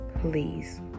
please